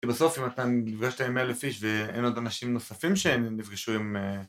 כי בסוף אם אתה נפגש את ה-100 אלף איש ואין עוד אנשים נוספים שנפגשו עם...